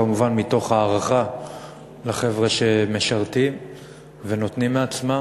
כמובן מתוך הערכה לחבר'ה שמשרתים ונותנים מעצמם.